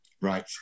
right